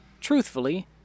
Truthfully